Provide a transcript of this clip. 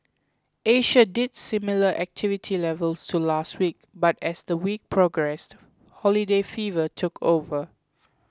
Asia did see similar activity levels to last week but as the week progressed holiday fever took over